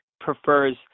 prefers